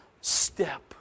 Step